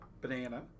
banana